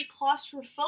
claustrophobic